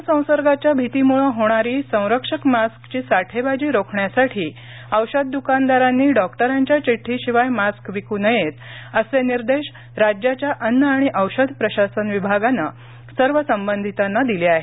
corona संसर्गाच्या भीतीमुळे होणारी संरक्षक मास्कची साठेबाजी रोखण्यासाठी औषध द्कानदारांनी डॉक्टरांच्या चिट्रीशिवाय मास्क विक् नयेत असे निर्देश राज्याच्या अन्न आणि औषध विभागानं सर्व संबंधितांना दिले आहेत